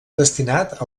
destinat